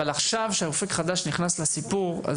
אבל עכשיו שאופק חדש נכנס לסיפור,